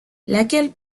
laquelle